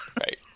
right